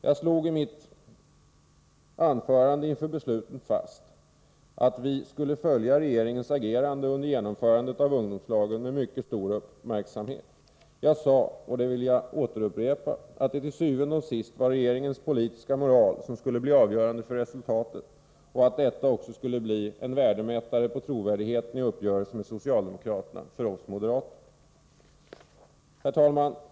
Jag slog i mitt anförande inför beslutet fast att vi med utomordentligt stor uppmärksamhet skulle följa regeringens agerande under genomförandet av ungdomslagen. Jag sade — och det vill jag upprepa — att det til syvende og sidst var regeringens politiska moral som skulle bli avgörande för resultatet och att detta också skulle bli en värdemätare på trovärdigheten i uppgörelsen med socialdemokraterna för oss moderater. Herr talman!